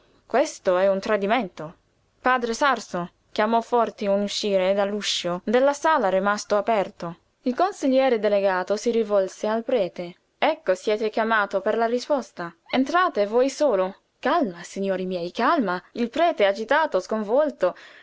questo è un tradimento padre sarso chiamò forte un usciere dall'uscio della sala rimasto aperto il consigliere delegato si rivolse al prete ecco siete chiamato per la risposta entrate voi solo calma signori miei calma il prete agitato sconvolto